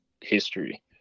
history